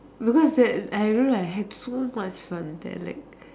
because that I don't know I have too much fun there like